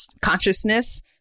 consciousness